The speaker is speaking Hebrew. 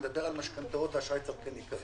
אני מדבר על משכנתאות ועל אשראי צרכני כרגע.